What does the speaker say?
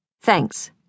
Thanks